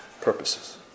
purposes